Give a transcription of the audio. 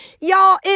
Y'all